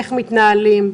איך מתנהלים,